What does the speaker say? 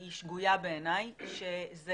שבעיניי היא שגויה,